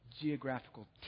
geographical